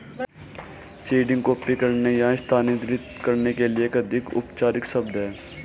seeding copy करने या स्थानांतरित करने के लिए एक अधिक औपचारिक शब्द है